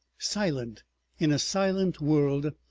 silent in a silent world,